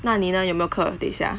那你呢有没有课等一下